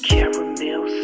Caramel